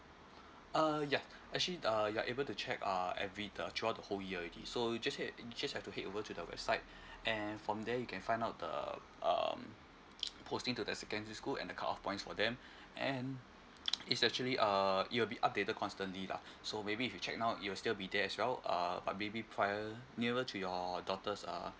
uh yeah actually uh you're able to check uh every uh throughout the whole year already so just head you just have to head over to the website and from there you can find out the um posting to the secondary school and the cut off point for them and it's actually err it will be updated constantly lah so maybe if you check now it will still be there as well uh but maybe prior nearer to your daughter's uh